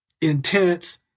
intense